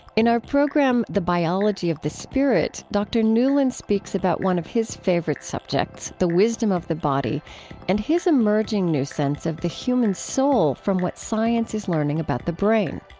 in our program the biology of the spirit, dr. nuland speaks about one of his favorite subjects the wisdom of the body and his emerging new sense of the human soul from what science is learning about the brain.